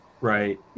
right